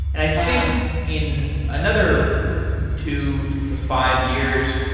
and i think in another two to five years,